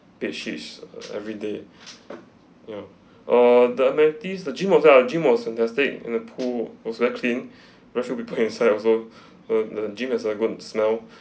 bed sheets everyday ya uh the amenities the gym okay ah gym was fantastic and the pool was very clean that should we put inside also the the gym has a very good smell